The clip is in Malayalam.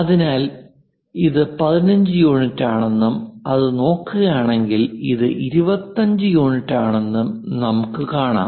അതിനാൽ ഇത് 15 യൂണിറ്റാണെന്നും അത് നോക്കുകയാണെങ്കിൽ ഇത് 25 യൂണിറ്റാണെന്നും നമുക്ക് കാണാം